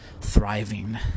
thriving